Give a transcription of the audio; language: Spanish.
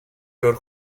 peor